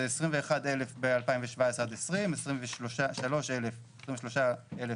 זה 21,000 ב-2017-2020, 23,000